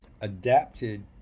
adapted